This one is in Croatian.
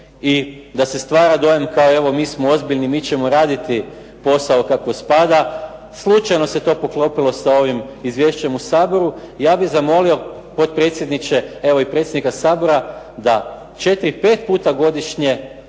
i da se stvara dojam, kao evo mi smo ozbiljni, mi ćemo raditi posao kako spada. Slučajno se to poklopilo sa ovim izvješćem u Saboru. ja bih zamolio potpredsjedniče, evo i predsjednika Sabora da 4,5 puta godišnje